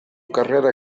carrera